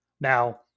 Now